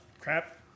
Crap